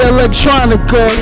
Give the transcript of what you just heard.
Electronica